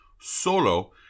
solo